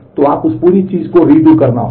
तो आपको उस पूरी चीज़ को रीडू करना होगा